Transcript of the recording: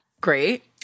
Great